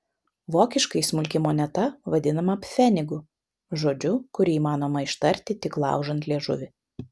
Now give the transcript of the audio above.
vokiškai smulki moneta vadinama pfenigu žodžiu kurį įmanoma ištarti tik laužant liežuvį